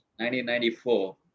1994